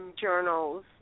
journals